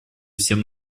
всем